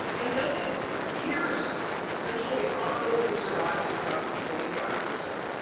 and notice here's essentially a probability of survival of about twenty five percent.